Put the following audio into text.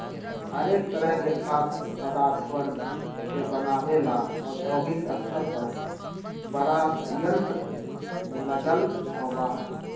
हरेक तरह के खाद्य पदार्थवन के बनाबे ला औद्योगिक स्तर पर बड़ा संयंत्र लगल होबा हई